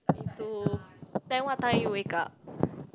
into then what time you wake up